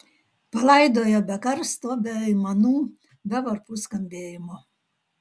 palaidojo be karsto be aimanų be varpų skambėjimo